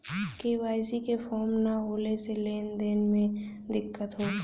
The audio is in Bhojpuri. के.वाइ.सी के फार्म न होले से लेन देन में दिक्कत होखी?